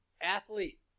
athlete